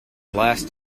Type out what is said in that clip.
last